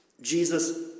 Jesus